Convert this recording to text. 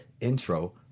intro